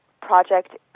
project